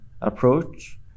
approach